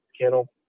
kennel